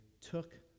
took